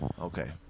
Okay